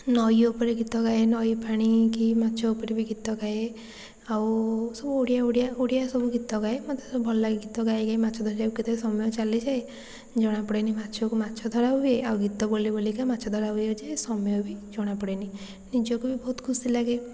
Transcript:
ନଈ ଉପରେ ଗୀତ ଗାଏ ନଈ ପାଣି କି ମାଛ ଉପରେ ବି ଗୀତ ଗାଏ ଆଉ ସବୁ ଓଡ଼ିଆ ଓଡ଼ିଆ ଓଡ଼ିଆ ସବୁ ଗୀତ ଗାଏ ମୋତେ ସବୁ ଭଲ ଲାଗେ ଗୀତ ଗାଇ ଗାଇ ମାଛ ଧରିବାକୁ କେତେବେଳେ ସମୟ ଚାଲିଯାଏ ଜଣା ପଡ଼େନି ମାଛକୁ ମାଛ ଧରା ହୁଏ ଆଉ ଗୀତ ବୋଲି ବୋଲିକା ମାଛ ଧରା ହୁଏ ଯେ ସମୟ ବି ଜଣା ପଡ଼େନି ନିଜକୁ ବି ବହୁତ ଖୁସି ଲାଗେ